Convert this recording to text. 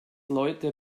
leute